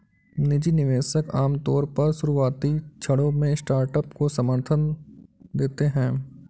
निजी निवेशक आमतौर पर शुरुआती क्षणों में स्टार्टअप को समर्थन देते हैं